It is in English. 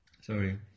Sorry